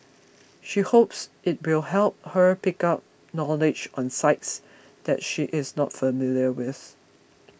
she hopes it will help her pick up knowledge on sites that she is not familiar with